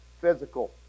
physical